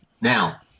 Now